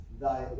thy